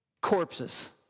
corpses